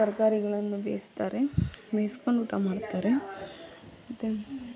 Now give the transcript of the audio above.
ತರಕಾರಿಗಳನ್ನು ಬೇಯಿಸ್ತಾರೆ ಬೇಯ್ಸ್ಕೊಂಡು ಊಟ ಮಾಡ್ತಾರೆ ಮತ್ತು